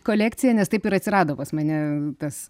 kolekciją nes taip ir atsirado pas mane tas